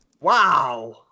Wow